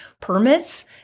permits